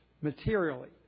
materially